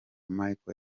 merkel